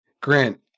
grant